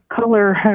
color